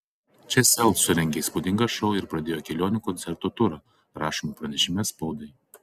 čia sel surengė įspūdingą šou ir pradėjo kelių koncertų turą rašoma pranešime spaudai